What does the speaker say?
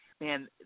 man